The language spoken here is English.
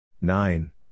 nine